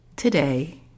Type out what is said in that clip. Today